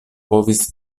povis